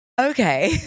okay